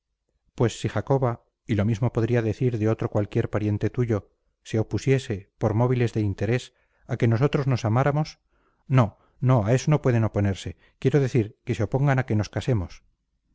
pues si jacoba y lo mismo podría decir de otro cualquier pariente tuyo se opusiese por móviles de interés a que nosotros nos amáramos no no a eso no pueden oponerse quiero decir que se opongan a que nos casemos